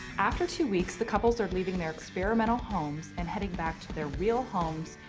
after two weeks, the couples are leaving their experimental homes and heading back to their real homes,